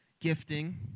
Gifting